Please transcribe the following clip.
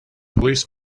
police